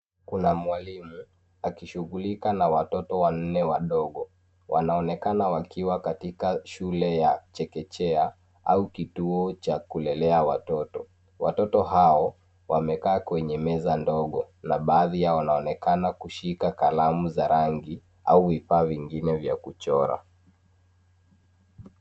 Kuna mwalimu akishughulika na watoto wanne wadogo, wanaonekana wakiwa katika shule ya chekechea au kituo cha kulelea watoto. Watoto hao wamekaa kwenye meza ndogo na baadhi yao wanaonekana kushika kalamu za rangi au vifaa vingine vya kuchora.